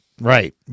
right